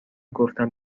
گفتن